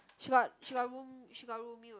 she got she got room she got roomie also